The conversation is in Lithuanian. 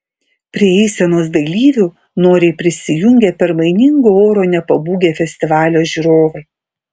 prie eisenos dalyvių noriai prisijungė permainingo oro nepabūgę festivalio žiūrovai